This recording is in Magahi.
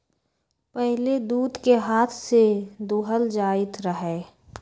पहिले दूध के हाथ से दूहल जाइत रहै